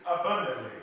abundantly